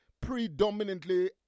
predominantly